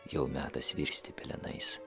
jau metas virsti pelenais